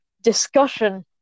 discussion